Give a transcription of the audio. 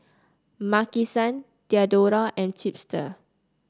Maki San Diadora and Chipster